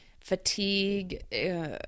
fatigue